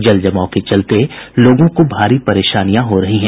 जलजमाव के चलते लोगों को भारी परेशानियां हो रही हैं